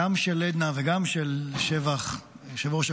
גם של עדנה וגם של שבח וייס,